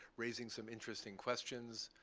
raising some interesting questions,